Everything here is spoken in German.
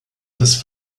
des